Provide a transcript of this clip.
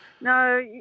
No